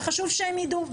וחשוב שהם ידעו,